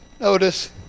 notice